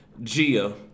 Gia